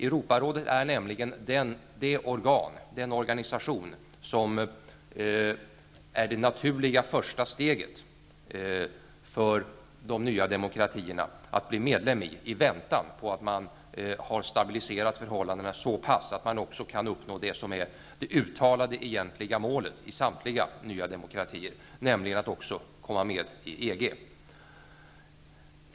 Europarådet är nämligen den organisation som är det naturliga första steget för de nya demokratierna att bli medlem i, i väntan på att förhållandena har stabiliserats så pass att också det som är det uttalade egentliga målet i samtliga nya demokratier kan uppnås, nämligen att också komma med i EG.